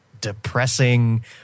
depressing